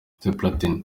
platini